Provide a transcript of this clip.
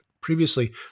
previously